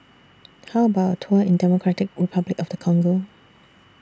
How about A Tour in Democratic Republic of The Congo